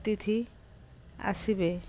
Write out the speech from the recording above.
ଅତିଥି ଆସିବେ